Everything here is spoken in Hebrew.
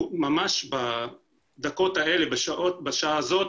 ממש בדקות האלה, בשעה הזאת,